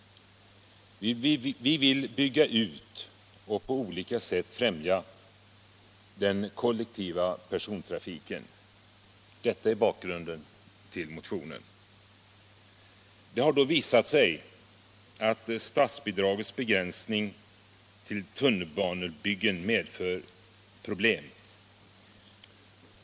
Vi vill bygga ut och på olika sätt främja den kollektiva persontrafiken. Detta är bakgrunden till motionen. Det har då visat sig att statsbidragets begränsning till tunnelbanebyggen medfört problem.